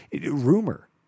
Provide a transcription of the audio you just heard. rumor